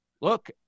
Look